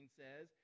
says